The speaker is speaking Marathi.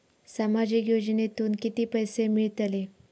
सामाजिक योजनेतून किती पैसे मिळतले?